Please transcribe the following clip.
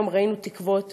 היום ראינו תקוות